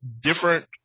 different